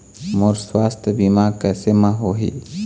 मोर सुवास्थ बीमा कैसे म होही?